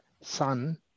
sun